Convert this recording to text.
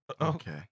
okay